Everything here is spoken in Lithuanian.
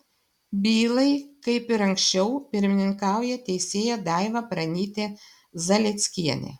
bylai kaip ir anksčiau pirmininkauja teisėja daiva pranytė zalieckienė